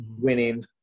winning